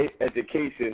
education